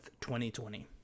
2020